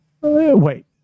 Wait